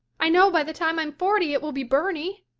i know by the time i'm forty it will be byrney.